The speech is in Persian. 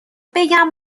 بگم